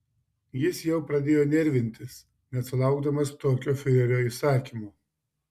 jis jau pradėjo nervintis nesulaukdamas tokio fiurerio įsakymo